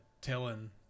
telling